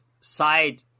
side